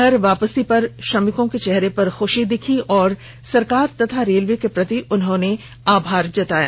घर वापसी पर श्रमिकों के चेहरे पर ख्षी दिखी और सरकार तथा रेलवे के प्रति आभार जताया